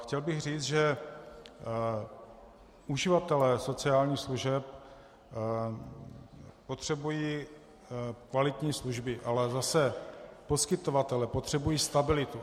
Chtěl bych říct, že uživatelé sociálních služeb potřebují kvalitní služby, ale zase poskytovatelé potřebují stabilitu.